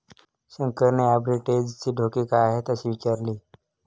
शंकरने आर्बिट्रेजचे धोके काय आहेत, असे विचारले